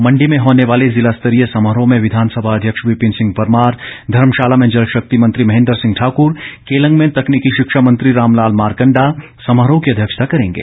मण्डी में होने वाले जिला स्तरीय समारोह में विधानसभा अध्यक्ष विपिन सिंह परमार धर्मशाला में जलशक्ति मंत्री महेन्द्र सिंह ठाकूर केलंग में तकनीकी शिक्षा मंत्री रामलाल मारकंडा समारोह की अध्यक्षता करेंगे